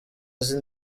azi